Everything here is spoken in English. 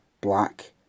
black